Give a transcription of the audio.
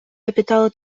капіталу